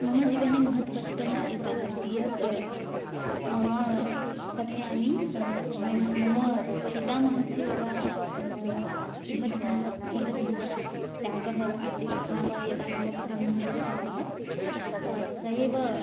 मम जीवने महत्कष्टम् एतद् अस्ति यत् मम कथयामि मम मम पितामहस्य यदा इहधाम इहधामत्यागः आसीत् नाम यदा मम पितामहः दिवङ्गतः सः एव